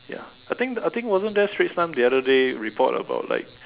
ya I think I think wasn't there Straits Times the other day report about like